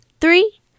three